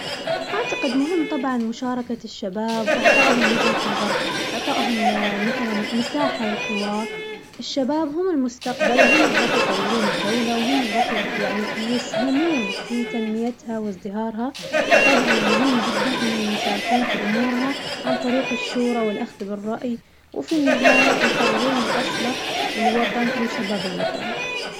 أعتقد مهم طبعاً مشاركة الشباب وأعطائهم وجهة نظر، إعطائهم مثلاً مساحة للحوار، الشباب هم المستقبل وهم اللي راح يطورون الدجولة وهم اللي راح يعني يسهمون في تنميتها وازدهارها، فطبعاً مهم جداً إنهم يشاركون في أمورها عن طريق الشورى والأخذ بالرأي، وفي النهاية يقررون الأصلح للوطن ولشباب الوطن.